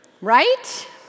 right